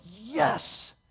yes